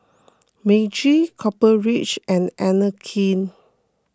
Meiji Copper Ridge and Anne Klein